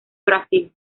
brasil